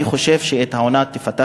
אני חושב שבעונה שתיפתח,